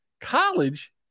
college